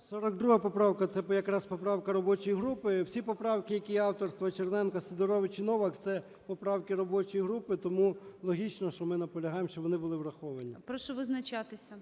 42 поправка – це якраз поправка робочої групи. Всі поправки, які авторства Черненка, Сидоровича і Новак, - це поправки робочої групи, тому логічно, що ми наполягаємо, щоб вони були враховані. ГОЛОВУЮЧИЙ. Прошу визначатися.